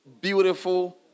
beautiful